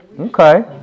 Okay